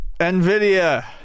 NVIDIA